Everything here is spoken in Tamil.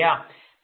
மேலும் 1